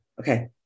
okay